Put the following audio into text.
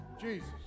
Jesus